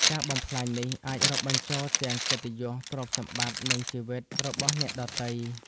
ការបំផ្លាញនេះអាចរាប់បញ្ចូលទាំង កិត្តិយស ទ្រព្យសម្បត្តិ និងជីវិត របស់អ្នកដទៃ។